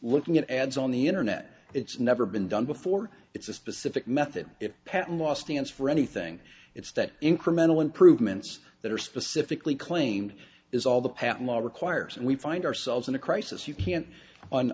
looking at ads on the internet it's never been done before it's a specific method patent last chance for anything it's that incremental improvements that are specifically claimed is all the patent law requires and we find ourselves in a crisis you can't on